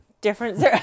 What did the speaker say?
Different